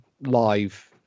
live